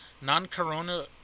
non-corona